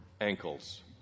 ankles